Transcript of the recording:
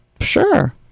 sure